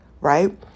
right